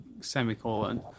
Semicolon